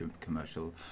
commercial